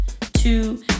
two